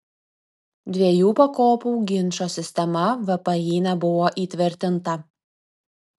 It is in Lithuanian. dviejų pakopų ginčo sistema vpį nebuvo įtvirtinta